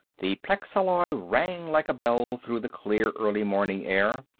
the plexalloy rang like a bell through the clear early-morning air,